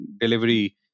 delivery